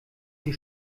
sie